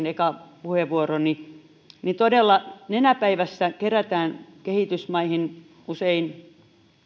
eka puheenvuoroni jäi kesken että todella nenäpäivässä kerätään kehitysmaihin usein